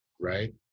right